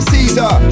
Caesar